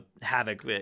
havoc